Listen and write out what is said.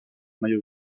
maillot